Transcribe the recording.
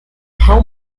how